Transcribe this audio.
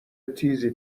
تیزی